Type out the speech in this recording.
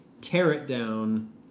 tear-it-down